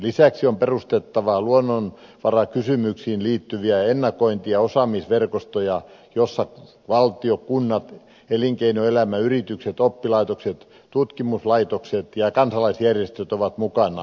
lisäksi on perustettava luonnonvarakysymyksiin liittyviä ennakointi ja osaamisverkostoja joissa valtio kunnat elinkeinoelämä yritykset oppilaitokset tutkimuslaitokset ja kansalaisjärjestöt ovat mukana